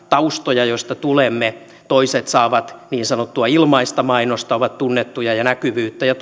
taustoja joista tulemme toiset saavat niin sanottua ilmaista mainosta ovat tunnettuja ja näkyvyyttä ja